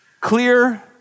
clear